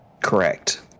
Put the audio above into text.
Correct